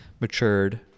matured